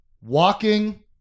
Walking